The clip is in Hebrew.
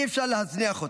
אי-אפשר להזניח אותו,